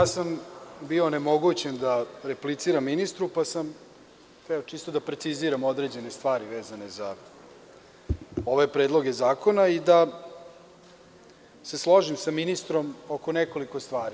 Bio sam onemogućen da repliciram ministru, pa sam hteo čisto da preciziram određene stvari vezane za ove predloge zakona i da se složim sa ministrom oko nekoliko stvari.